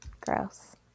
Gross